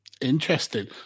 interesting